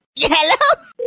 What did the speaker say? Hello